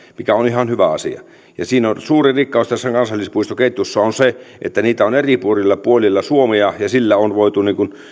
mikä on ihan hyvä asia suuri rikkaus tässä kansallispuistoketjussa on se että niitä on eri puolilla puolilla suomea ja sillä on voitu